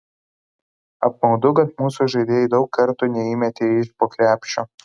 apmaudu kad mūsų žaidėjai daug kartų neįmetė iš po krepšio